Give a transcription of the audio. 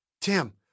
Tim